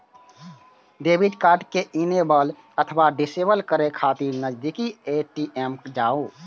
debit card कें enable अथवा disable करै खातिर नजदीकी ए.टी.एम जाउ